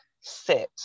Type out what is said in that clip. sit